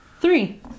three